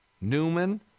Newman